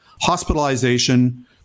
hospitalization